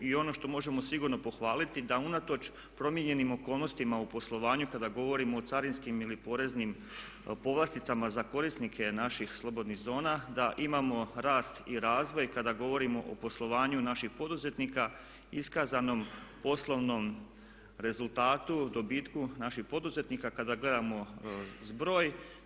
I ono što možemo sigurno pohvaliti da unatoč promijenjenim okolnostima u poslovanju kada govorimo o carinskim ili poreznim povlasticama za korisnike naših slobodnih zona da imamo rast i razvoj kada govorimo o poslovanju naših poduzetnika, iskazanom poslovnom rezultatu, dobitku naših poduzetnika, kada gledamo zbroj.